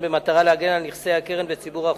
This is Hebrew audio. במטרה להגן על נכסי הקרן וציבור החוסכים.